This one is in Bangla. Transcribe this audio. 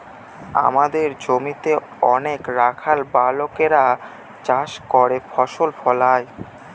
আমাদের জমিতে অনেক রাখাল বালকেরা চাষ করে ফসল ফলায়